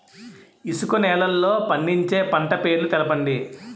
ఇసుక నేలల్లో పండించే పంట పేర్లు తెలపండి?